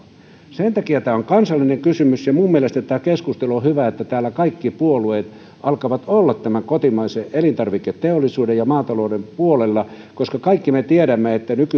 sen takia tämä on kansallinen kysymys ja minun mielestäni tämä keskustelu on hyvä täällä kaikki puolueet alkavat olla kotimaisen elintarviketeollisuuden ja maatalouden puolella koska kaikki me tiedämme että